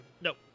Nope